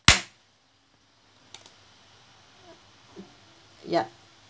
ya